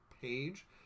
page